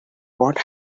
what